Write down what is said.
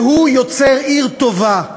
והוא יוצר עיר טובה.